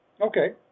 Okay